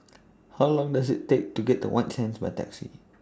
How Long Does IT Take to get to White Sands By Taxi